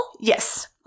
Yes